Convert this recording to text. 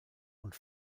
und